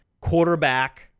quarterback